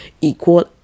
equal